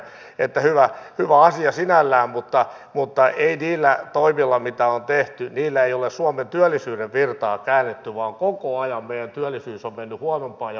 että hyvä asia sinällään mutta ei niillä toimilla mitä on tehty ole suomen työllisyyden virtaa käännetty vaan koko ajan meidän työllisyys on mennyt huonompaan ja huonompaan